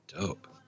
Dope